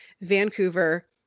Vancouver